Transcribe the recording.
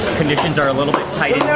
conditions are a little bit tight in yeah